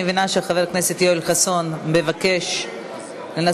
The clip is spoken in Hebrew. אני מבינה שחבר הכנסת יואל חסון מבקש לנסות